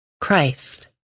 Christ